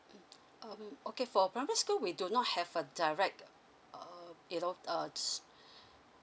mm um okay for primary school we do not have a direct uh you know uh s~